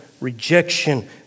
rejection